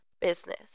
business